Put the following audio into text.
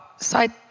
side